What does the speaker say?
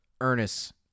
Ernest